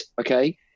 okay